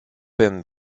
been